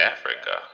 Africa